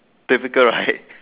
difficult right